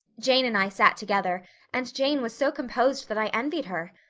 jane and i sat together and jane was so composed that i envied her.